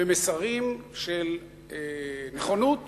ואפילו מסרים של נכונות